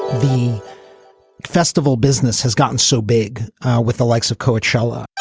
the festival business has gotten so big with the likes of coachella,